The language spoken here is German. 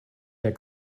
der